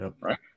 right